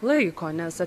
laiko nes